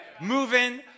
moving